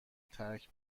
ترک